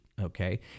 okay